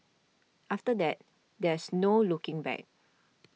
after that there's no looking back